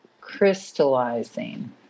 crystallizing